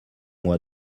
moi